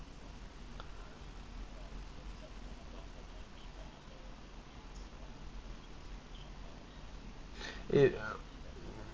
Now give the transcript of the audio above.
it uh